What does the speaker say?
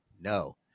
no